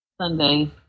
sunday